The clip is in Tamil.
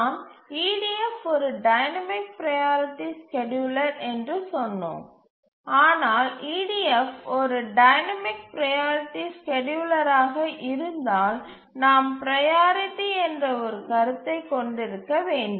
நாம் EDF ஒரு டைனமிக் ப்ரையாரிட்டி ஸ்கேட்யூலர் என்று சொன்னோம் ஆனால் EDF ஒரு டைனமிக் ப்ரையாரிட்டி ஸ்கேட்யூலராக இருந்தால் நாம் ப்ரையாரிட்டி என்ற ஒரு கருத்தை கொண்டிருக்க வேண்டும்